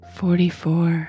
forty-four